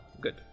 good